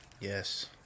yes